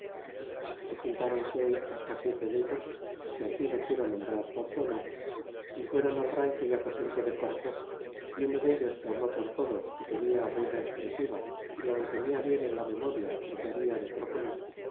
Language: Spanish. y juntáronse hasta siete dellos que aquí no quiero nombrar por su honor y fuéron al rancho y aposento de cortés y uno dellos que habló por todos que tenia buena expresiva y aun tenia bien en la memoria lo que habla de proponer